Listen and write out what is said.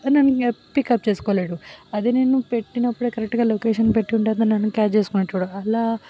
ఇక నన్ను పికప్ చేసుకోలేడు అదే నేను పెట్టినప్పుడే కరెక్టుగా లొకేషన్ పెట్టి ఉంటే అతను నన్ను క్యాచ్ చేసుకునేవాడు అలా